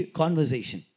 conversation